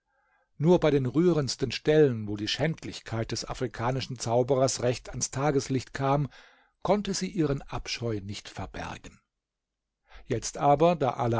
nur bei den rührendsten stellen wo die schändlichkeit des afrikanischen zauberers recht ans tageslicht kam konnte sie ihren abscheu nicht verbergen jetzt aber da